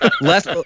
Less